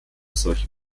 solche